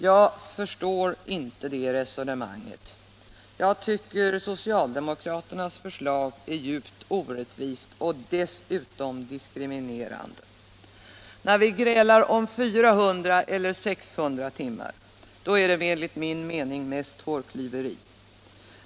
Jag förstår inte det resonemanget. Jag tycker att socialdemokraternas förslag är djupt orättvist och dessutom diskriminerande. När vi grälar om 400 eller 600 timmar är det enligt min mening mest hårklyveri.